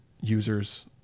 users